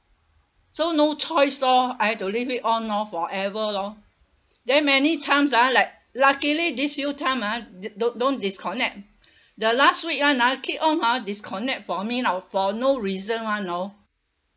so no choice lor I had to leave it on lor forever lor then many times ah like luckily this few time ah don't don't disconnect the last week [one] ah keep on ha disconnect for me know for no reason [one] know